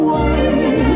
one